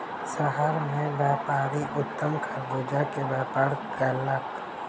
शहर मे व्यापारी उत्तम खरबूजा के व्यापार कयलक